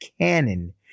canon